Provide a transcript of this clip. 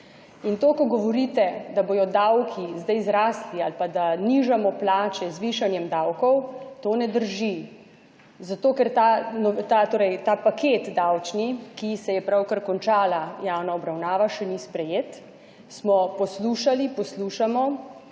In to, ko govorite, da bodo davki zdaj zrasli ali pa da nižamo plače z višanjem davkov, to ne drži, zato ker ta paket davčni, ki se je pravkar končala javna obravnava, še ni sprejet, smo poslušali, poslušamo